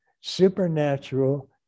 supernatural